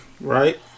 right